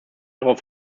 darauf